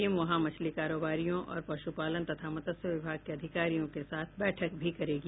team वहां मछली कारोबारियों और पशुपालन तथा मत्स्य विभाग के अधिकारियों के साथ बैठक भी करेगी